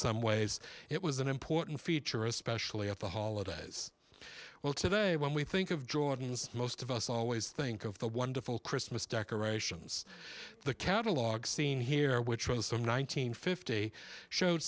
some ways it was an important feature especially at the holidays well today when we think of jordans most of us always think of the wonderful christmas decorations the catalog seen here which was some nine hundred fifty showed